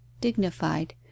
dignified